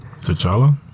T'Challa